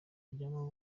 bajyamo